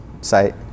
site